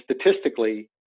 statistically